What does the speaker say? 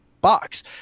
box